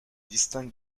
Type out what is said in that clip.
distingue